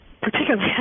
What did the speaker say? particularly